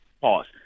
Pause